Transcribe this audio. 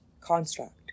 construct